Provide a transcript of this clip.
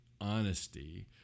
honesty